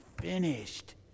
finished